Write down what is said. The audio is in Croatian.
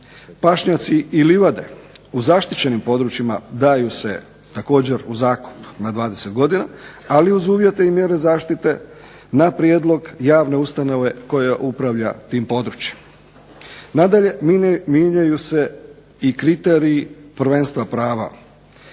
Pašnjaci i livade u zaštićenim područjima daju se također u zakup na 20 godina, ali uz uvjete i mjere zaštite na prijedlog javne ustanove koja upravlja tim područjem. Nadalje, mijenjaju se i kriteriji prvenstva prava